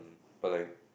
but like